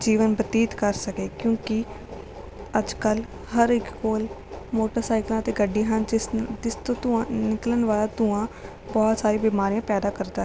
ਜੀਵਨ ਬਤੀਤ ਕਰ ਸਕੇ ਕਿਉਂਕਿ ਅੱਜ ਕੱਲ੍ਹ ਹਰ ਇੱਕ ਕੋਲ ਮੋਟਰਸਾਈਕਲਾਂ ਅਤੇ ਗੱਡੀ ਹਨ ਜਿਸ ਨੂੰ ਜਿਸ ਤੋਂ ਧੂੰਆਂ ਨਿਕਲਣ ਵਾਲਾ ਧੂੰਆਂ ਬਹੁਤ ਸਾਰੀ ਬਿਮਾਰੀਆਂ ਪੈਦਾ ਕਰਦਾ